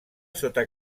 sota